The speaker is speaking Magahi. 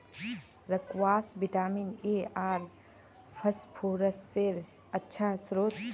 स्क्वाश विटामिन ए आर फस्फोरसेर अच्छा श्रोत छ